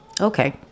Okay